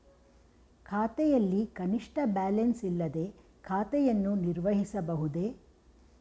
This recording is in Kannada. ಖಾತೆಯಲ್ಲಿ ಕನಿಷ್ಠ ಬ್ಯಾಲೆನ್ಸ್ ಇಲ್ಲದೆ ಖಾತೆಯನ್ನು ನಿರ್ವಹಿಸಬಹುದೇ?